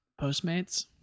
Postmates